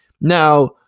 Now